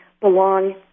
belong